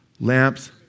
Lamps